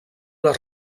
les